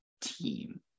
team